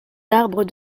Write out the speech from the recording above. d’arbres